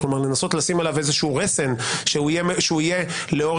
כלומר לנסות לשים עליו איזשהו רסן שהוא יהיה לאור